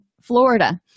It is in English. Florida